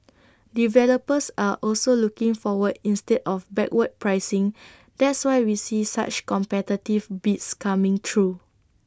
developers are also looking forward instead of backward pricing that's why we see such competitive bids coming through